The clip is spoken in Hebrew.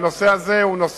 זה נושא חי